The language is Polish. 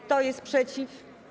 Kto jest przeciw?